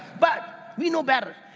but, we know better.